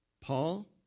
Paul